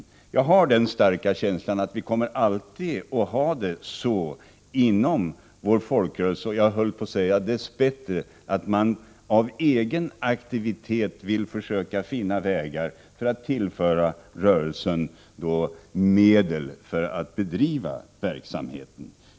Jag har den starka känslan att det alltid kommer att vara så — jag vill säga dess bättre — inom denna vår folkrörelse, att man av egen aktivitet vill söka finna vägar att tillföra rörelsen medel i syfte att kunna bedriva verksamheten.